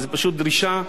זאת פשוט דרישה,